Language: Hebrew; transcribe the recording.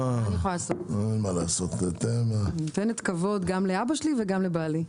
אני נותנת כבוד גם לאבא שלי וגם לבעלי....